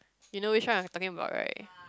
you know which one I am talking about right